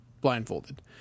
blindfolded